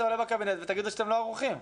עולה בקבינט ותגידו שאתם לא ערוכים.